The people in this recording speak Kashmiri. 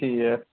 ٹھیٖک